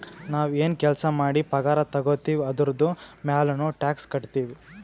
ನಾವ್ ಎನ್ ಕೆಲ್ಸಾ ಮಾಡಿ ಪಗಾರ ತಗೋತಿವ್ ಅದುರ್ದು ಮ್ಯಾಲನೂ ಟ್ಯಾಕ್ಸ್ ಕಟ್ಟತ್ತಿವ್